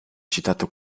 citato